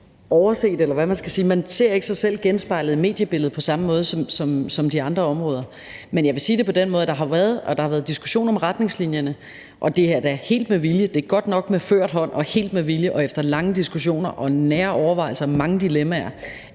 sig selv genspejlet i mediebilledet på samme måde som de andre områder gør. Men jeg vil sige det på den måde, at der har været diskussioner om retningslinjerne, og det er da helt med vilje – det er godt nok med ført hånd og helt med vilje og efter lange diskussioner og dybe overvejelser og med mange dilemmaer